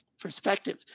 perspective